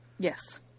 Yes